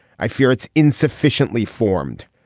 i fear it's insufficiently formed.